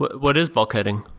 what is bulkheading?